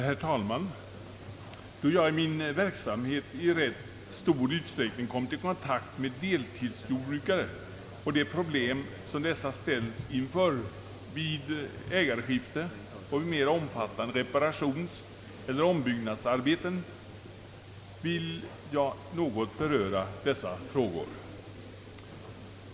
Herr talman! Då jag i min verksamhet i rätt stor utsträckning kommit i kontakt med deltidsjordbrukare och de problem som dessa ställs inför vid ägarskifte och mera omfattande reparationsoch ombyggnadsarbeten, vill jag något beröra dessa frågor.